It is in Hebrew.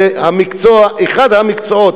זה אחד המקצועות,